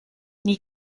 nie